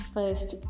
First